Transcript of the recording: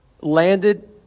landed